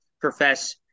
profess